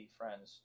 friends